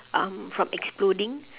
um from exploding